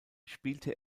spielte